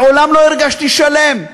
מעולם לא הרגשתי שלם.